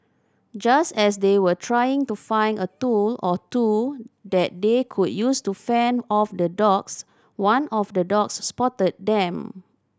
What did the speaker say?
just as they were trying to find a tool or two that they could use to fend off the dogs one of the dogs spotted them